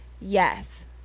Yes